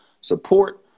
support